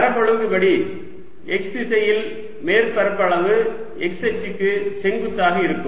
மரபொழுங்கு படி x திசையில் மேற்பரப்பளவு x அச்சுக்கு செங்குத்தாக இருக்கும்